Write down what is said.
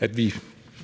af vores